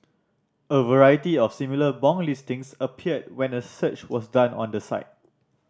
a variety of similar bong listings appeared when a search was done on the site